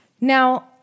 Now